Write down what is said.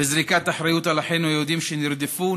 בזריקת אחריות על אחינו היהודים שנרדפו,